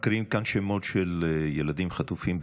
מקריאים כאן שמות של ילדים חטופים.